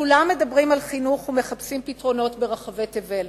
כולם מדברים על חינוך ומחפשים פתרונות ברחבי תבל,